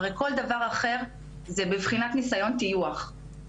הרי כל דבר אחר הוא בבחינת ניסיון טיוח.